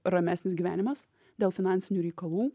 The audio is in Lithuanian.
ramesnis gyvenimas dėl finansinių reikalų